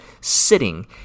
sitting